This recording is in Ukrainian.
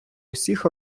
усіх